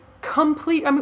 complete